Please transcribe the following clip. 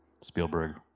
Spielberg